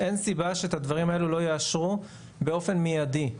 אין סיבה שאת הדברים האלו לא יאשרו באופן מיידי.